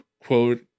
quote